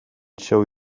show